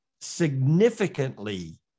significantly